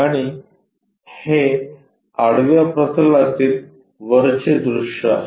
आणि हे आडव्या प्रतलातील वरचे दृश्य आहे